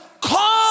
Call